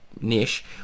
niche